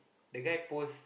the guy post